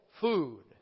food